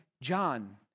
John